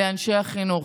לאנשי החינוך.